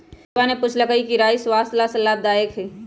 पूजवा ने कहल कई कि राई स्वस्थ्य ला लाभदायक हई